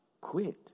quit